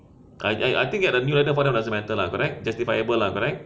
I I I think ah the new ladder doesn't matter lah correct justifiable correct